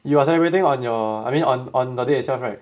you are celebrating on your I mean on on the day itself right